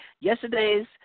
yesterday's